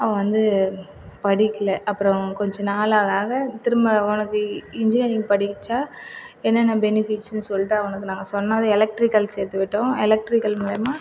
அவன் வந்து படிக்கலை அப்புறம் கொஞ்சம் நாள் ஆக ஆக திரும்ப அவனுக்கு இன்ஜினியரிங் படித்தா என்னென்ன பெனிஃபிட்ஸ்னு சொல்லிட்டு அவனுக்கு நாங்கள் சொன்னது எலக்ட்ரிக்கல் சேர்த்து விட்டோம் எலக்ட்ரிக்கல் மூலியமாக